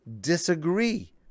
disagree